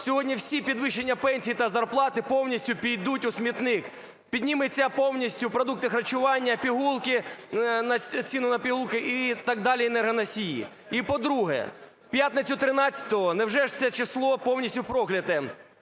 сьогодні всі підвищення пенсій та зарплати повністю підуть у смітник. Піднімуться повністю продукти харчування, пігулки, ціни на пігулки, і так далі, енергоносії. І по-друге, в п'ятницю 13-го, невже ж це число повністю прокляте.